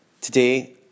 today